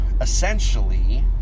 essentially